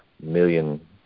million